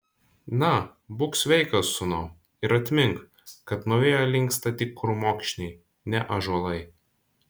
na būk sveikas sūnau ir atmink kad nuo vėjo linksta tik krūmokšniai ne ąžuolai